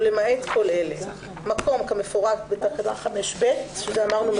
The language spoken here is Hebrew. ולמעט כל אלה: (1)מקום כמפורט בתקנה 5(ב); זה אמרנו,